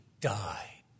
died